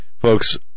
folks